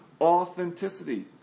authenticity